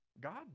God